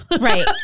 Right